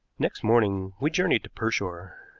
next morning we journeyed to pershore.